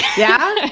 yeah,